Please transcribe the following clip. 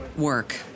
work